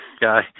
guy